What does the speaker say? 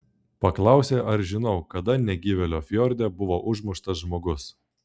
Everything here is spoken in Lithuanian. paklausė ar žinau kada negyvėlio fjorde buvo užmuštas žmogus